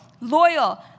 Loyal